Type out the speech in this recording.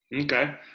Okay